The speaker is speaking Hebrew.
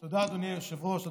תודה, גברתי היושבת-ראש.